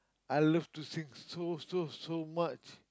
I love to sing so so so much